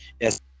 Yes